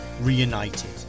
reunited